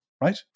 right